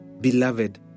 Beloved